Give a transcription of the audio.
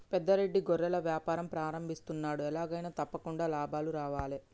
పెద్ద రెడ్డి గొర్రెల వ్యాపారం ప్రారంభిస్తున్నాడు, ఎలాగైనా తప్పకుండా లాభాలు రావాలే